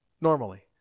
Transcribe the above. normally